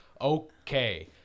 okay